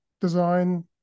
design